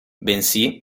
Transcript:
bensì